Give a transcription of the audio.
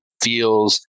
feels